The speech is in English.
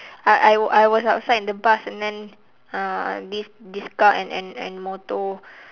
I I I was outside the bus and then uh this this car and and and motor